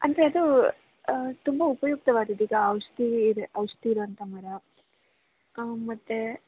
ಅಂದರೆ ಅದು ತುಂಬ ಉಪಯುಕ್ತವಾದದ್ದು ಈಗ ಔಷಧಿ ಇದೆ ಔಷಧಿ ಇರುವಂಥ ಮರ ಮತ್ತು